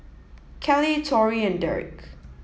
Kelli Torey and Derek